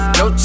no